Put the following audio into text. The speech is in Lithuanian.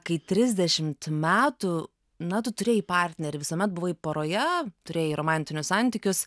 kai trisdešimt metų na tu turėjai partnerį visuomet buvai poroje turėjai romantinius santykius